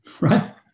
right